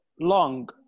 long